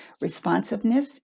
responsiveness